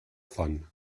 fun